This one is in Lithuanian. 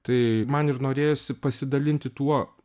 tai man ir norėjosi pasidalinti tuo